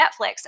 Netflix